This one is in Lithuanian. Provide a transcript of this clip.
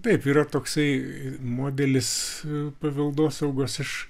taip yra toksai modelis paveldosaugos aš